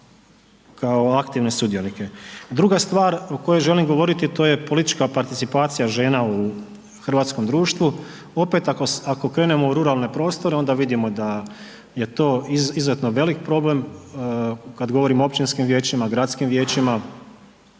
Druga stvar o kojoj želim govoriti, a to je politička participacija žena u hrvatskom društvu. Opet ako krenemo u ruralne prostore onda vidimo da je to izuzetno velik problem kada govorimo o općinskim vijećima, gradskim vijećima.